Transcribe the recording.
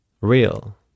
real